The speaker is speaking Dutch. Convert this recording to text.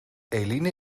eline